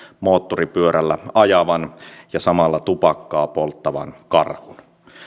moottoripyörällä ajavan ja samalla tupakkaa polttavan karhun